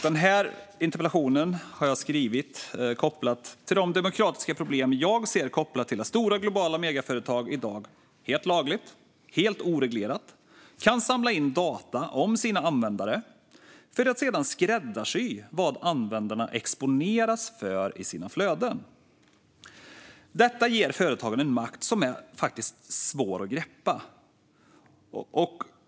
Den här interpellationen har jag skrivit kopplat till de demokratiska problem som jag ser med att stora globala megaföretag i dag helt lagligt och helt oreglerat kan samla in data om sina användare för att sedan skräddarsy vad användarna exponeras för i sina flöden. Detta ger företagen en makt som faktiskt är svår att greppa.